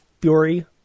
Fury